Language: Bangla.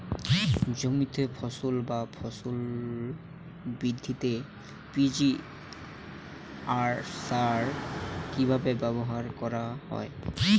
জমিতে ফসল বা ফলন বৃদ্ধিতে পি.জি.আর সার কীভাবে ব্যবহার করা হয়?